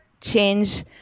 change